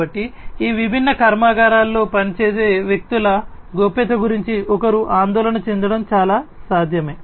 కాబట్టి ఈ విభిన్న కర్మాగారాల్లో పనిచేసే వ్యక్తుల గోప్యత గురించి ఒకరు ఆందోళన చెందడం చాలా సాధ్యమే